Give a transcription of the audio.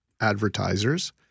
advertisers